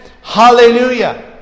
Hallelujah